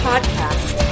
Podcast